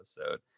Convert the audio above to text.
episode